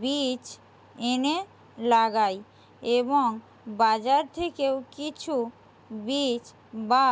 বীজ এনে লাগাই এবং বাজার থেকেও কিছু বীজ বা